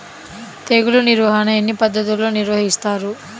తెగులు నిర్వాహణ ఎన్ని పద్ధతుల్లో నిర్వహిస్తారు?